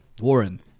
Warren